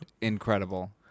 Incredible